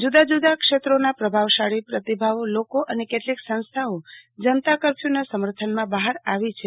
જુદા જુદા ક્ષેત્રોનાં પ્રભાવશાળી પ્રતિમાઓ લોકો અને કેટલીક સંસ્થાઓ જનતા કફર્યુંનાં સમર્થનમાં બહાર આવી છે